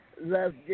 Love